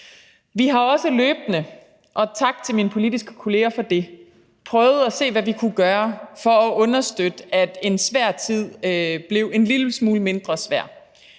Vi har også løbende, og tak til mine politiske kolleger for det, prøvet at se, hvad vi kunne gøre for at understøtte, at en svær tid blev en lille smule mindre svær.